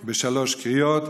בשלוש קריאות.